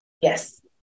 Yes